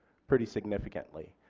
pretty significantly.